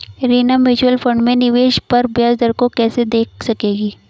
Reena mutual fund में निवेश पर ब्याज दर को कैसे देख सकेगी?